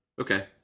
okay